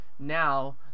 now